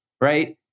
right